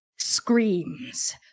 screams